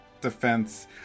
defense